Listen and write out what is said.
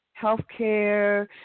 healthcare